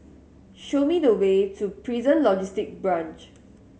show me the way to Prison Logistic Branch